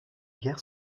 guerre